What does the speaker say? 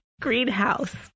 greenhouse